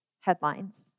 headlines